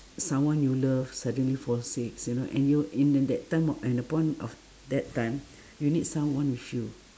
someone you love suddenly fall sicks you know and you and in the that time and the point of that time you need someone with you